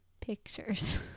Pictures